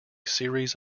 series